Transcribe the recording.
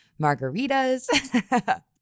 margaritas